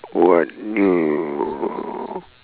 what